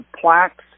plaques